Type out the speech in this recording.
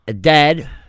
Dad